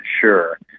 sure